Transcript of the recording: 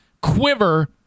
quiver